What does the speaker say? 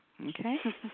Okay